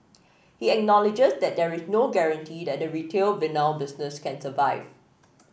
he acknowledges that there is no guarantee that the retail vinyl business can survive